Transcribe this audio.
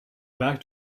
back